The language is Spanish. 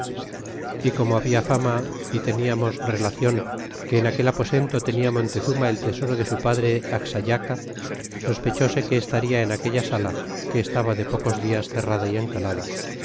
y como habia fama y teniamos relacion que en aquel aposento tenia montezuma el tesoro de su padre axayaca sospechése que estaria en aquella sala que estaba de pocos dias cerrada y encalada